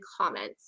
comments